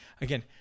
Again